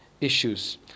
issues